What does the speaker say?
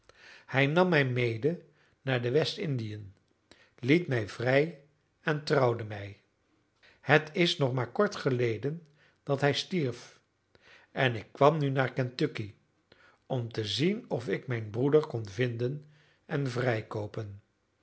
hij nam mij mede naar de west-indiën liet mij vrij en trouwde mij het is nog maar kort geleden dat hij stierf en ik kwam nu naar kentucky om te zien of ik mijn broeder kon vinden en